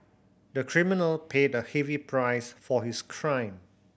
the criminal paid a heavy price for his crime